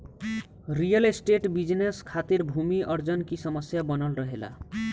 real estate business खातिर भूमि अर्जन की समस्या बनल रहेला